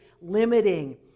limiting